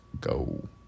go